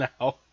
now